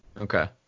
Okay